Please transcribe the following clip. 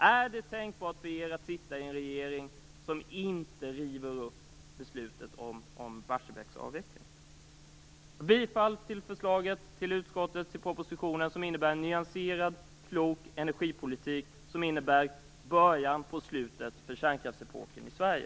Är det tänkbart för er att sitta med i en regering som inte river upp beslutet om avvecklingen av Barsebäck? Jag yrkar bifall till förslagen i propositionen och till utskottets förslag i betänkandet som leder till en nyanserad och klok energipolitik och som innebär början till slutet för kärnkraftsepoken i Sverige.